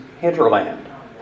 hinterland